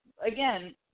again